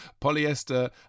polyester